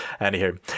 Anywho